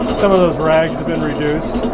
some of those rags have been reduced.